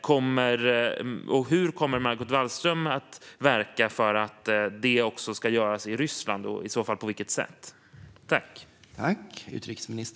Kommer Margot Wallström att verka för att det också ska gälla Ryssland, och i så fall på vilket sätt?